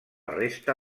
resta